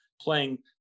playing